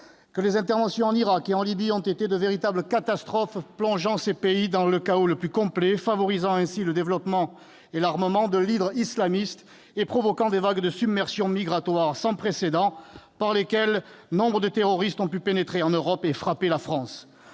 Que les interventions en Irak et en Libye ont été de véritables catastrophes ; qu'elles ont plongé ces pays dans le chaos, favorisant le développement et l'armement de l'hydre islamiste et provoquant des vagues de submersion migratoires sans précédent, par lesquelles nombre de terroristes ont pu pénétrer en Europe et frapper la France.